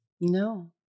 No